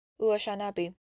Uashanabi